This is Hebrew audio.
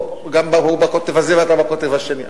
הוא בקוטב הזה ואתה בקוטב השני,